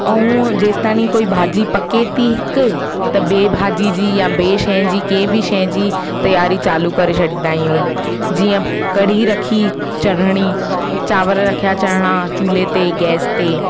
ऐं जेसि ताणी कोई भाॼी पके थी हिक त ॿिए भाॼी जी या ॿिए शइ जी कंहिं ॿी शइ जी तयारी चालू करे छॾींदा आहियूं जीअं कढ़ी रखी चढ़णी चांवर रखिया चढ़णा चूल्हे ते गैस ते